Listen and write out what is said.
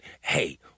hey